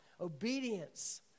obedience